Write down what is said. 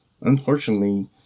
Unfortunately